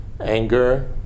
anger